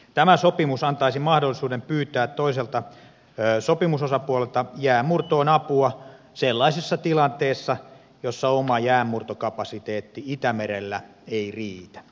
tämä sopimus antaisi mahdollisuuden pyytää toiselta sopimusosapuolelta jäänmurtoon apua sellaisessa tilanteessa jossa oma jäänmurtokapasiteetti itämerellä ei riitä